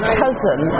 cousin